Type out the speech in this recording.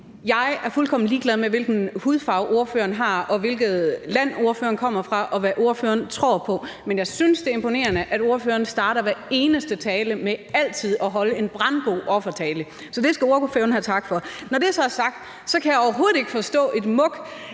Jeg er fuldstændig ligeglad med, hvilken hudfarve ordføreren har, og hvilket land ordføreren kommer fra, og hvad ordføreren tror på. Men jeg synes, det er imponerende, at ordføreren starter hver eneste tale med altid at holde en brandgod offertale. Så det skal ordføreren have tak for. Når det så er sagt, kan jeg overhovedet ikke forstå et muk